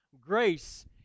grace